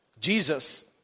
Jesus